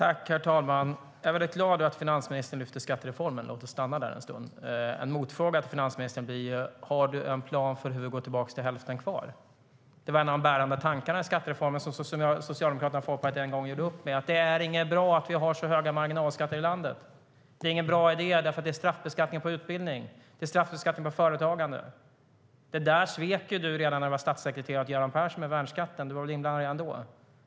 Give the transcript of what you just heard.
Herr talman! Jag är väldigt glad över att finansministern lyfter fram skattereformen. Låt oss stanna där en stund. En motfråga till finansministern blir: Har du en plan för hur vi ska gå tillbaka till hälften kvar, Magdalena Andersson? Det var en av de bärande tankarna i skattereformen och något som Socialdemokraterna och Folkpartiet en gång gjorde upp med. Det är inte bra att vi har så höga marginalskatter i landet. Det är ingen bra idé, eftersom det är straffbeskattning på utbildning och på företagande. Där svek du redan när du var statssekreterare åt Göran Persson, Magdalena Andersson, med värnskatten. Du var inblandad redan då.